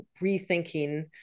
rethinking